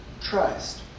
trust